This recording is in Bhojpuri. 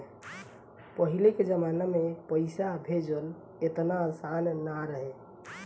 पहिले के जमाना में पईसा भेजल एतना आसान ना रहे